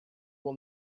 will